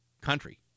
country